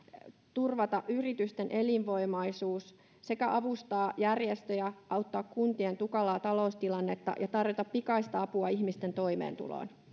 turvata yritysten elinvoimaisuus sekä avustaa järjestöjä auttaa kuntien tukalaa taloustilannetta ja tarjota pikaista apua ihmisten toimeentuloon